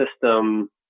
system